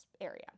area